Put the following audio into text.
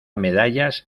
medallas